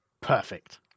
Perfect